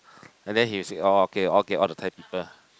and he will said okay okay all the Thai people